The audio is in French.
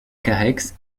carhaix